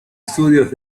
studios